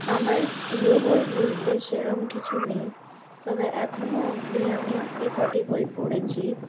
আমার প্রিয় বই বলতে সেরকম কিছু নেই তবে এখনও অবধি আমি যে কটি বই পড়েছি